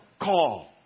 call